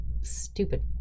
stupid